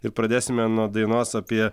ir pradėsime nuo dainos apie